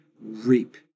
reap